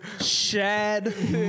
Shad